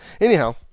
Anyhow